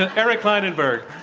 ah eric klinenberg